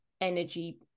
energy